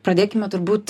pradėkime turbūt